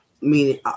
meaning